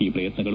ಈ ಪ್ರಯತ್ನಗಳು